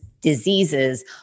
diseases